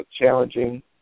challenging